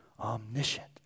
Omniscient